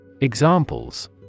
Examples